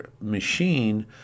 machine